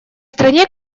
стране